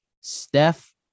Steph